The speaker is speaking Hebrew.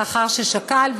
לאחר ששקל,